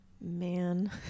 man